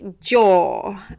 jaw